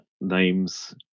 names